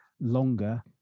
longer